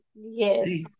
yes